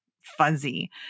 fuzzy